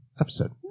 episode